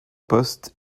poste